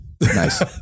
Nice